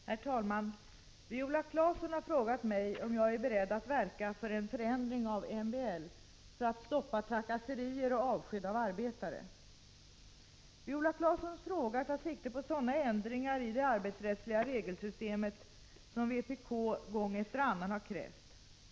Herr talman! Viola Claesson har frågat mig om jag är beredd att verka för en förändring av MBL för att stoppa trakasserier och avsked av arbetare. Viola Claessons fråga tar sikte på sådana ändringar i det arbetsrättsliga regelsystemet som vpk gång efter annan har krävt.